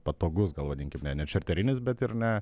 patogus gal vadinkim ne nečerterinis bet ir ne